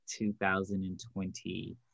2020